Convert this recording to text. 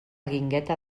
guingueta